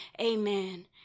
Amen